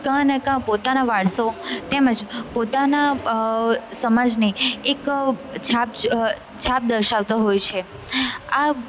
ક્યાં ને ક્યાં પોતાનો વરસો તેમજ પોતાના સમાજની એક છાપ છાપ દર્શાવતો હોય છે આ